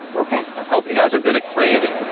okay. i hope you guys are good at crating.